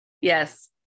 yes